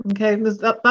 Okay